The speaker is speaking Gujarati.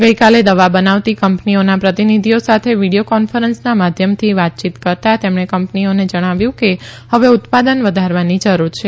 ગઈકાલે દવા બનાવતી કંપનીઓના પ્રતિનિધિઓ સાથે વીડિયો કોન્ફરન્સના માધ્યમથી વાતચીત કરતાં તેમણે કંપનીઓને જણાવ્યું કે હવે ઉત્પાદન વધારવાની જરૂર છે